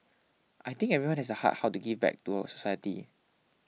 I think everyone has the heart how to give back to society